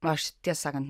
aš tiesą sakant